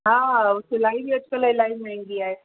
हा उहो सिलाई बि अॼु कल्ह इलाही महांगी आहे